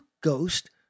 ghost